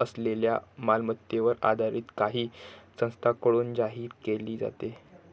असलेल्या मालमत्तेवर आधारित काही संस्थांकडून जाहीर केली जाते